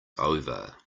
over